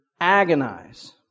agonize